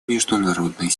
международной